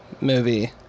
movie